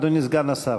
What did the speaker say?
אדוני, סגן השר.